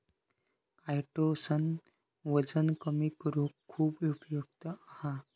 chitosan वजन कमी करुक खुप उपयुक्त हा